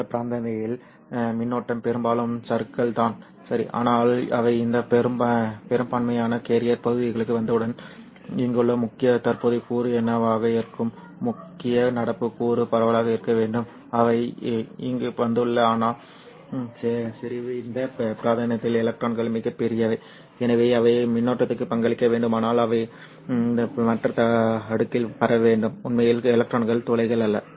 உள்ளார்ந்த பிராந்தியத்தில் மின்னோட்டம் பெரும்பாலும் சறுக்கல் தான் ஆனால் அவை இந்த பெரும்பான்மையான கேரியர் பகுதிகளுக்கு வந்தவுடன் இங்குள்ள முக்கிய தற்போதைய கூறு என்னவாக இருக்கும் முக்கிய நடப்பு கூறு பரவலாக இருக்க வேண்டும் அவை இங்கு வந்துள்ளன ஆனால் செறிவு இந்த பிராந்தியத்தில் எலக்ட்ரான்கள் மிகப் பெரியவை எனவே அவை மின்னோட்டத்திற்கு பங்களிக்க வேண்டுமானால் அவை இந்த மற்ற அடுக்கில் பரவ வேண்டும் உண்மையில் எலக்ட்ரான்கள் துளைகள் அல்ல